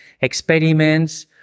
experiments